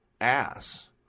ass